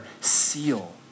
seal